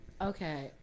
Okay